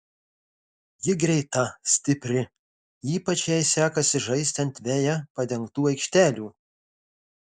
ji greita stipri ypač jai sekasi žaisti ant veja padengtų aikštelių